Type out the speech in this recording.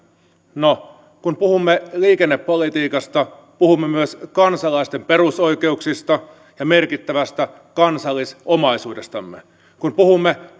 no kun puhumme liikennepolitiikasta puhumme myös kansalaisten perusoikeuksista ja merkittävästä kansallisomaisuudestamme kun puhumme